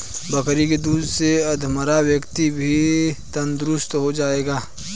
बकरी के दूध से अधमरा व्यक्ति भी तंदुरुस्त हो जाएगा